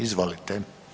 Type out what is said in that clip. Izvolite.